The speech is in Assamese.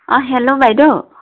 অঁ হেল্ল' বাইদেউ